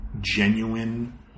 genuine